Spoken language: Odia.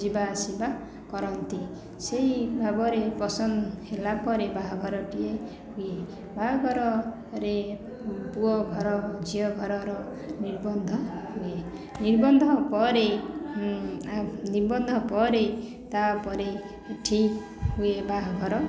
ଯିବାଆସିବା କରନ୍ତି ସେଇ ଭାବରେ ପସନ୍ଦ ହେଲା ପରେ ବାହାଘରଟିଏ ହୁଏ ବାହାଘରରେ ପୁଅ ଘର ଝିଅ ଘରର ନିର୍ବନ୍ଧ ହୁଏ ନିର୍ବନ୍ଧ ପରେ ନିର୍ବନ୍ଧ ପରେ ତାପରେ ଠିକ ହୁଏ ବାହାଘର